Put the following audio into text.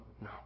no